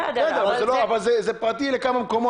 אבל זה פרטי לכמה מקומות.